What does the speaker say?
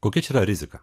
kokia čia yra rizika